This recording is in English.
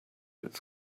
its